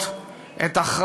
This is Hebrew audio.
את הוויכוחים וההסכמות,